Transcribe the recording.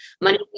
money